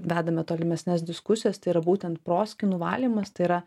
vedame tolimesnes diskusijas tai yra būtent proskynų valymas tai yra